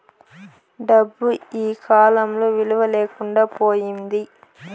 డబ్బు ఈకాలంలో విలువ లేకుండా పోయింది